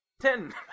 Ten